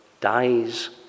dies